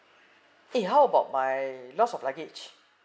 eh how about my loss of luggage